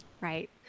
Right